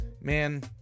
man